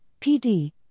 PD